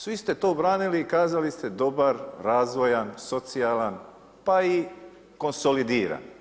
Svi ste to branili i kazali ste, dobar, razvojan, socijalan, pa i konsolidiran.